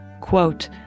quote